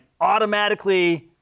automatically –